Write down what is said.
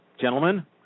Gentlemen